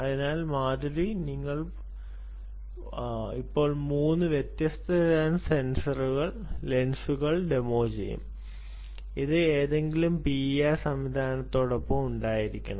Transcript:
അതിനാൽ മാധുരി ഞങ്ങൾ ഇപ്പോൾ മൂന്ന് വ്യത്യസ്ത തരം ലെൻസുകൾ ഡെമോ ചെയ്യും അത് ഏതെങ്കിലും പിഐആർ സംവിധാനത്തോടൊപ്പം ഉണ്ടായിരിക്കണം